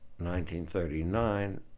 1939